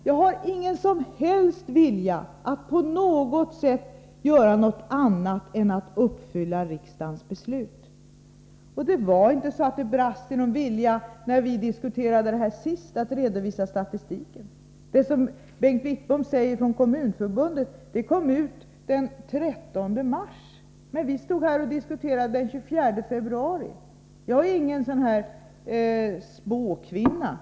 Jag har ingen som helst vilja att på något sätt göra något annat än att uppfylla riksdagens beslut. Det var inte så att det, när vi diskuterade frågorna senast, brast i vilja att redovisa statistik. Den statistik från Kommunförbundet som Bengt Wittbom talar om kom ut den 13 mars, men vi stod här och diskuterade den 24 februari. Jag är ingen spåkvinna.